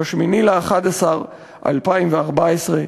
ב-8 בנובמבר 2014,